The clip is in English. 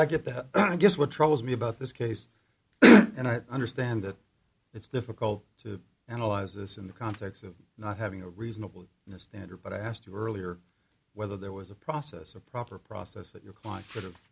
i get that i guess what troubles me about this case and i understand that it's difficult to analyze this in the context of not having a reasonable standard but i asked you earlier whether there was a process or proper process that your client should